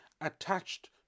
attached